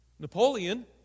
Napoleon